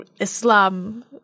Islam